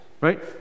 Right